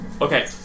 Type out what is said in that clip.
Okay